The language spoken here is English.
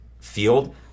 field